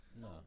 No